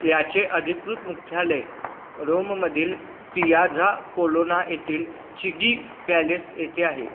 याचे अधिकृत मुख्यालय रोममधील पियाझा कोलोना येथील चिगी पॅलेस येथे आहे